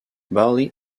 barley